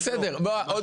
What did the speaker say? ממש